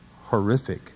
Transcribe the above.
horrific